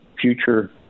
future